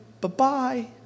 bye-bye